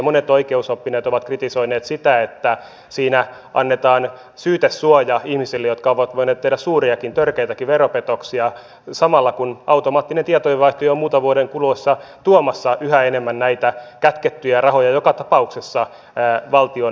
monet oikeusoppineet ovat kritisoineet sitä että siinä annetaan syytesuoja ihmisille jotka ovat voineet tehdä suuriakin törkeitäkin veropetoksia samalla kun automaattinen tietojenvaihto on jo muutaman vuoden kuluessa tuomassa yhä enemmän näitä kätkettyjä rahoja joka tapauksessa valtion tietoon